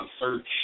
search